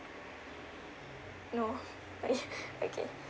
no but eh okay